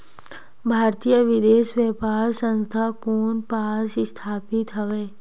भारतीय विदेश व्यापार संस्था कोन पास स्थापित हवएं?